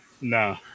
No